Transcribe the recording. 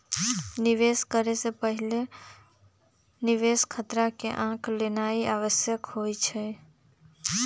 निवेश करे से पहिले निवेश खतरा के आँक लेनाइ आवश्यक होइ छइ